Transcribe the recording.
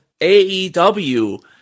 AEW